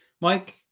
Mike